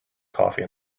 coffee